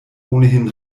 ohnehin